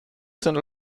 sind